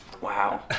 Wow